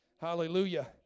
Hallelujah